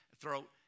throat